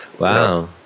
Wow